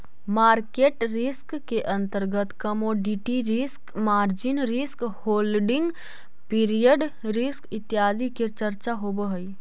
market risk के अंतर्गत commodity risk, margin risk, holding period risk इत्यादि के चर्चा होवऽ हई